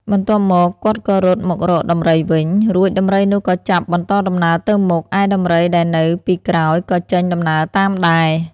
បន្ទាប់មក គាត់ក៏រត់មករកដំរីវិញ រួចដំរីនោះក៏ចាប់បន្តដំណើរទៅមុខ ឯដំរីដែលនៅពីក្រោយ ក៏ចេញ ដំណើរតាមដែរ ។